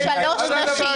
ושלוש נשים.